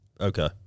Okay